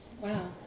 Wow